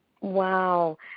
wow